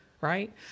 Right